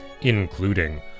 including